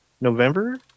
November